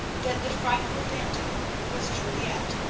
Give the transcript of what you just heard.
that the frightful phantom was juliette,